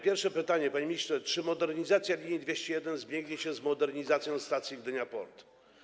Pierwsze pytanie, panie ministrze: Czy modernizacja linii nr 201 zbiegnie się z modernizacją stacji Gdynia Port?